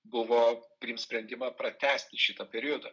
buvo priimt sprendimą pratęsti šitą periodą